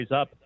up